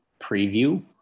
preview